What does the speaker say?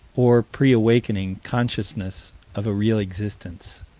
or pre-awakening consciousness of a real existence.